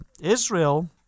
Israel